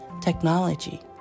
technology